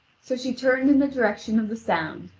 so she turned in the direction of the sound,